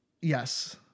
Yes